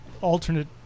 alternate